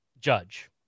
Judge